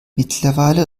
mittlerweile